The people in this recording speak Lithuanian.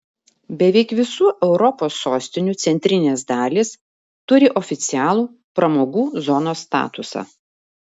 beveik visų europos sostinių centrinės dalys turi oficialų pramogų zonos statusą